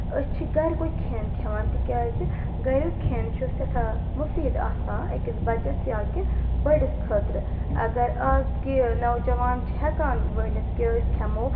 أسۍ چھِ گَرِکُے کھیٚن کھیٚوان تِکیازِ گَریُک کھیٚن چھُ سؠٹھاہ مُفیٖد آسان أکِس بَچَس یا کہِ بٔڑِس خٲطرٕ اگر اَز کہِ نوجوان چھِ ہیٚکان ؤنِتھ کہِ أسۍ کھیٚمو